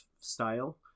style